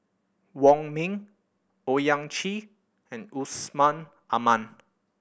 Wong Ming Owyang Chi and Yusman Aman